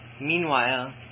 Meanwhile